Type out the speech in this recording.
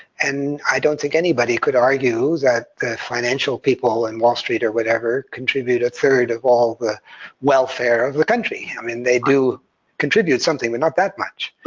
and i don't think anybody could argue that the financial people and wall street, or whatever, contribute a third of all the welfare of the country. i mean they do contribute something, but not that much.